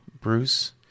Bruce